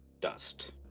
dust